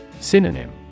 Synonym